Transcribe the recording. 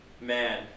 man